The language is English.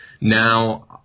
Now